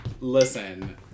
Listen